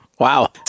Wow